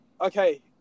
Okay